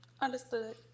Understood